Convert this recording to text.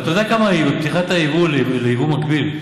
אבל אתה יודע כמה פתיחת היבוא ליבוא מקביל,